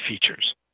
features